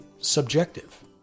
subjective